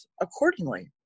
accordingly